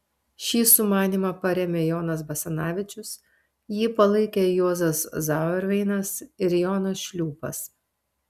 šį sumanymą parėmė jonas basanavičius jį palaikė juozas zauerveinas ir jonas šliūpas